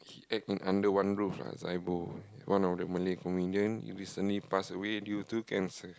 he act in Under-One-Roof lah Zaibo one of the Malay comedian he recently pass away due to cancer